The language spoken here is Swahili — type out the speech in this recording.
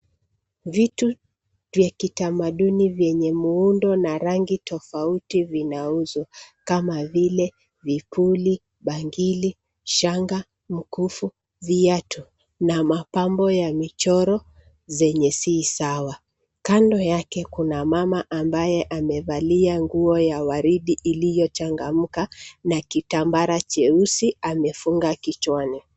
Vitu vya kitamaduni vyenye muundo na rangi tofauti vinauzwa, kama vile vipuli, bangili, shanga, mkufu, viatu na mapambo ya michoro zenye si sawa. Kando yake kuna mama ambaye amevalia nguo ya waridi iliyo changamuka na kitambara cheusi amefunga kichwani.